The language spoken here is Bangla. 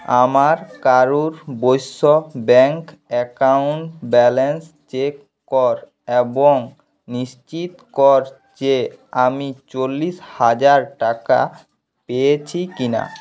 আমার Karur Vysya bank account balance check কর এবং নিশ্চিত কর যে আমি চল্লিশ হাজার টাকা পেয়েছি কিনা